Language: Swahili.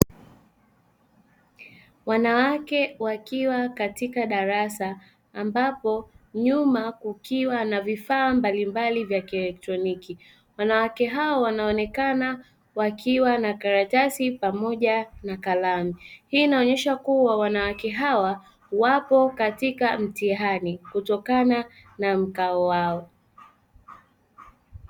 Wanawake wakiwa katika darasa ambapo nyuma kukiwa na vifaa mbalimbali vya kielektroniki. Wanawake hao wanaonekana wakiwa na karatasi pamoja na kalamu, hii inaonyesha kuwa wanawake hawa wapo katika mtihani kutokana na mkao wao.